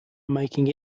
making